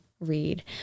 read